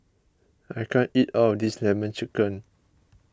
I can't eat all of this Lemon Chicken